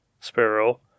Sparrow